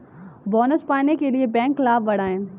bonus पाने के लिए बैंक लाभ बढ़ाएं